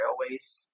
Railways